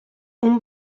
اون